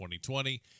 2020